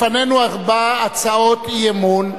לפנינו ארבע הצעות אי-אמון.